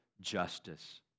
justice